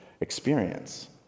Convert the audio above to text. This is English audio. experience